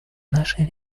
нашей